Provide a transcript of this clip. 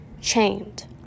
chained